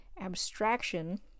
abstraction